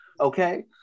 Okay